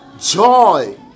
joy